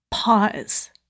pause